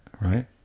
Right